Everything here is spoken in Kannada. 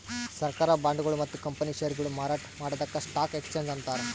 ಸರ್ಕಾರ್ ಬಾಂಡ್ಗೊಳು ಮತ್ತ್ ಕಂಪನಿ ಷೇರ್ಗೊಳು ಮಾರಾಟ್ ಮಾಡದಕ್ಕ್ ಸ್ಟಾಕ್ ಎಕ್ಸ್ಚೇಂಜ್ ಅಂತಾರ